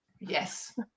Yes